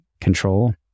control